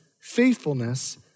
faithfulness